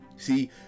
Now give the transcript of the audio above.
See